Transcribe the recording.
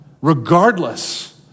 Regardless